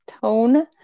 tone